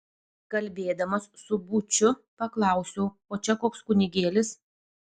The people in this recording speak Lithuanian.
kalbėdamas su būčiu paklausiau o čia koks kunigėlis